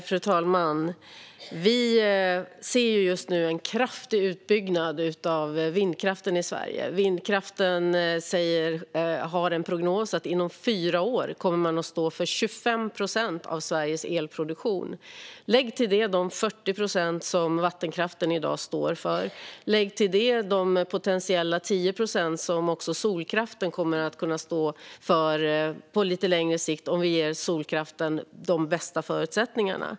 Fru talman! Vi ser just nu en kraftig utbyggnad av vindkraften i Sverige. Prognosen är att vindkraften inom fyra år kommer att stå för 25 procent av Sveriges elproduktion. Lägg till detta de 40 procent som vattenkraften i dag står för och de potentiella 10 procent som solkraften kommer att kunna stå för på lite längre sikt, om vi ger den de bästa förutsättningarna.